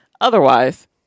Otherwise